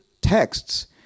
texts